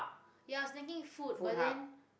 ya I was thinking food but then